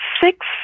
six